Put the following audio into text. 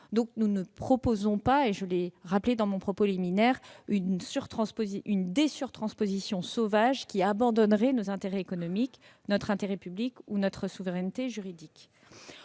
Nous ne proposons donc pas, comme je l'ai rappelé dans mon propos liminaire, une dé-surtransposition sauvage qui abandonnerait nos intérêts économiques, notre intérêt public ou notre souveraineté juridique.